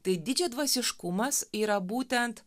tai didžiadvasiškumas yra būtent